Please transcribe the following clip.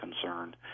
concerned